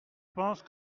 pense